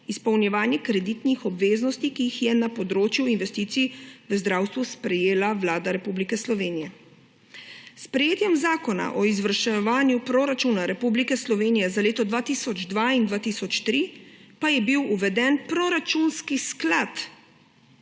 izpolnjevanje kreditnih obveznosti, ki jih je na področju investicij v zdravstvu sprejela Vlada Republike Slovenije. S sprejetjem Zakona o izvrševanju proračuna Republike Slovenije za leto 2002 in 2003 pa je bil uveden proračunski sklad